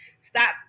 Stop